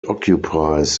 occupies